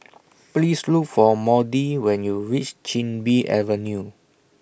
Please Look For Maudie when YOU REACH Chin Bee Avenue